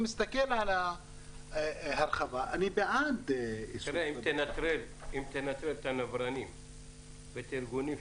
אם תנטרל את הנברנים ואת הארגונים,